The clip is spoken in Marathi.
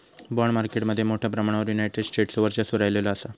बाँड मार्केट मध्ये मोठ्या प्रमाणावर युनायटेड स्टेट्सचो वर्चस्व राहिलेलो असा